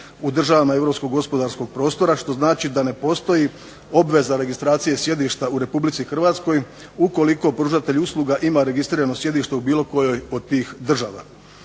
u državama europskog gospodarskog prostora što znači da ne postoji obveza registracije sjedišta u RH ukoliko pružatelj usluga ima registrirano sjedište u bilo kojoj od tih država.